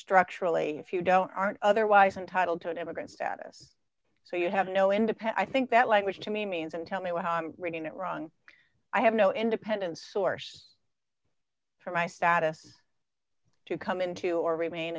structurally if you don't aren't otherwise entitled to an immigrant status so you have no independent i think that language to me means and tell me what i'm reading it wrong i have no independent source for my status to come into or remain